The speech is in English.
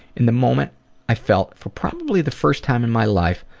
in the moment i felt, for probably the first time in my life,